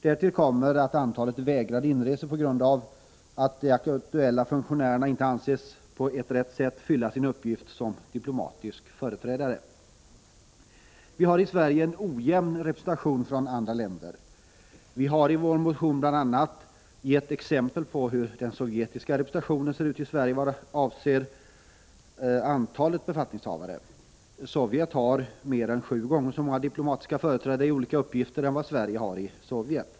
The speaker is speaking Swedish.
Därtill kommer att antalet vägrade inresor ökat på grund av att de aktuella funktionärerna inte ansetts på ett rätt sätt fylla sin uppgift som diplomatisk företrädare. Vi har i Sverige en ojämn representation från andra länder. Vi har i vår motion bl.a. gett exempel på hur den sovjetiska representationen ser ut i Sverige vad avser antalet befattningshavare. Sovjet har mer än sju gånger så många diplomatiska företrädare i olika uppgifter som Sverige har i Sovjet.